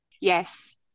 Yes